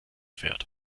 fährt